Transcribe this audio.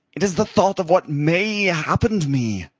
it is the thought of what may happen to me.